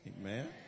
Amen